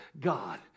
God